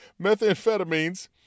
methamphetamines